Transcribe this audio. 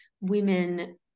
women